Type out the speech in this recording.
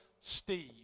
Steve